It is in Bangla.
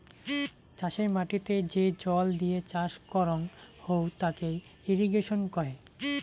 চাষের মাটিতে যে জল দিয়ে চাষ করং হউ তাকে ইরিগেশন কহে